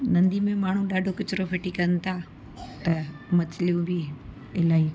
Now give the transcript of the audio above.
नदी में माण्हू ॾाढो किचरो फिटी कनि था ऐं मछ्लियूं बि इलाही